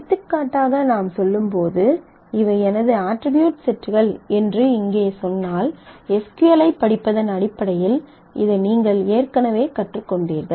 எடுத்துக்காட்டாக நாம் சொல்லும்போது இவை எனது அட்ரிபியூட் செட்கள் என்று இங்கே சொன்னால் எஸ் க்யூ எல் ஐப் படிப்பதன் அடிப்படையில் இதை நீங்கள் ஏற்கனவே கற்றுக்கொண்டீர்கள்